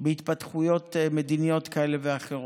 בהתפתחויות מדיניות כאלה ואחרות.